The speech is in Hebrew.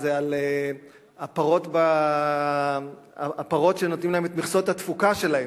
זה על הפרות שנותנים להן את מכסות התפוקה שלהן,